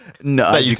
No